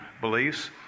beliefs